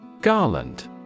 Garland